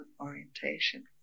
orientation